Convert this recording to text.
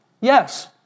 Yes